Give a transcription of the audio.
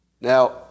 Now